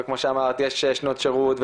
ויש שנות שירות,